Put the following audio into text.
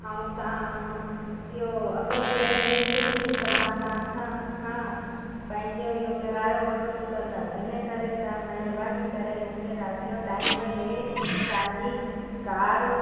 ऐं तव्हां मां इहो अगरि प्लेन मिस थी त मां तव्हांसां खां पंहिंजो इहो किरायो वसूलु कंदमि इन्हीअ करे तव्हां महिरबानी करे मूंखे राति जो टाइम ते तव्हांजी कार